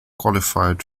qualified